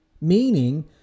meaning